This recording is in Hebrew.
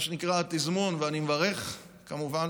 ואני מברך כמובן,